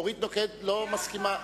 אורית נוקד לא מסכימה,